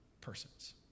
persons